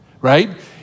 right